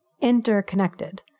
Interconnected